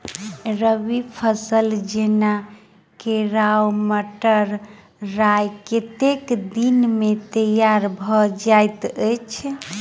रबी फसल जेना केराव, मटर, राय कतेक दिन मे तैयार भँ जाइत अछि?